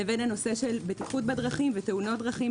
לבין הנושא של בטיחות בדרכים ותאונות דרכים,